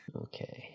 Okay